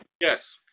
Yes